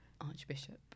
Archbishop